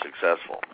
successful